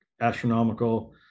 astronomical